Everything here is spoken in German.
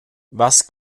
was